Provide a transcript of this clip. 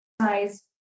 size